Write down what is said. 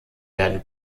werden